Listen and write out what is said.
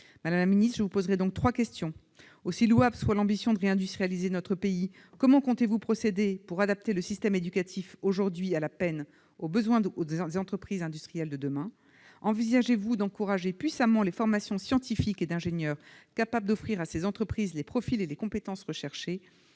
Madame la ministre, je vous poserai donc trois questions. Tout d'abord, aussi louable que soit l'ambition de réindustrialiser notre pays, comment comptez-vous procéder pour adapter le système éducatif, aujourd'hui à la peine, au besoin des entreprises industrielles de demain ? Ensuite, envisagez-vous d'encourager puissamment les formations scientifiques et d'ingénieur, susceptibles d'offrir à ces entreprises les profils et les compétences recherchées ?